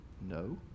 No